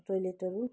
टोइलेटहरू